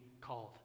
called